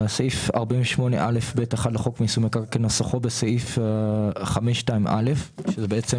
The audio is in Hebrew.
סעיף 48א(ב1) לחוק מיסוי מקרקעין כנוסחו בסעיף 5(2)(א) לחוק